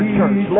church